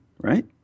right